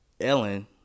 Ellen